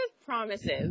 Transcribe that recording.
promises